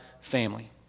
family